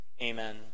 amen